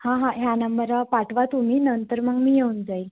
हां हां ह्या नंबर पाठवा तुम्ही नंतर मग मी येऊन जाईल